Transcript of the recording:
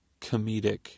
comedic